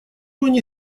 они